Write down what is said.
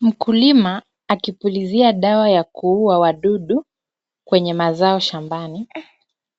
Mkulima akipulizia dawa ya kuua wadudu, kwenye mazao shambani.